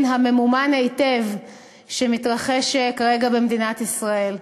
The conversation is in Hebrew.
הממומן היטב שמתרחש כרגע במדינת ישראל.